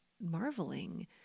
marveling